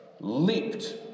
leaped